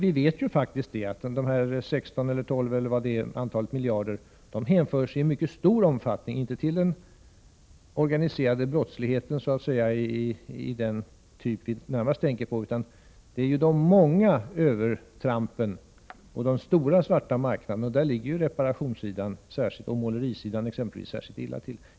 Vi vet ju faktiskt att de 12 eller 16 miljarder — eller vad det nu är — som det här är fråga om i mycket stor omfattning hänförs inte till den organiserade brottsligheten av den typ som vi närmast tänker på utan till de många övertrampen och de stora svarta marknaderna. I det avseendet ligger man särskilt illa till exempelvis på reparationsoch målerisidan.